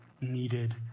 needed